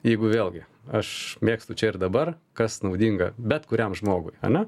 jeigu vėlgi aš mėgstu čia ir dabar kas naudinga bet kuriam žmogui ane